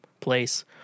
place